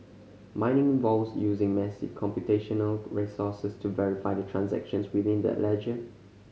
mining involves using massive computational resources to verify the transactions within that ledger